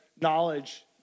knowledge